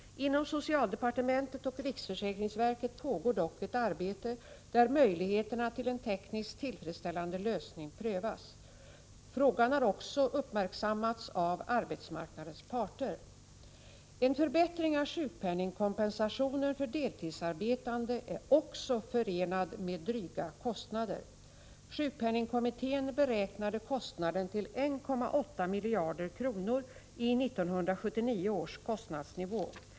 Inom socialdepartementet och riksförsäkringsverket pågår dock ett arbete, där möjligheterna till en tekniskt tillfredsställande lösning prövas. Frågan har också uppmärksammats av arbetsmarknadens parter. En förbättring av sjukpenningskompensationen för deltidsarbetande är också förenad med dryga kostnader. Sjukpenningkommittén beräknade kostnaden till 1,8 miljarder kronor i 1979 års kostnadsnivå.